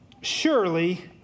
surely